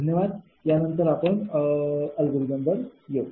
धन्यवाद या नंतर आपण अल्गोरिदम वर येऊ